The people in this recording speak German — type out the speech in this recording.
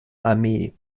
armee